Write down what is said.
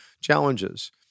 Challenges